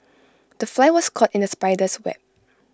the fly was caught in the spider's web